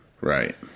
Right